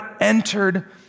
entered